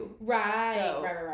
right